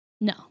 No